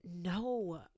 No